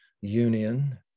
union